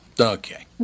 Okay